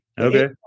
Okay